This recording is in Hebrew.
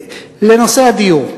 לנושא הדיור,